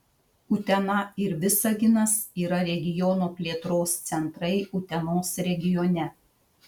utena ir visaginas yra regiono plėtros centrai utenos regione